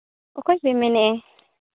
ᱚᱠᱚᱭ ᱯᱮ ᱢᱮᱱᱮᱫᱼᱟ